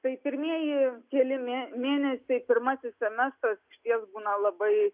tai pirmieji keli mė mėnesiai pirmasis semestras išties būna labai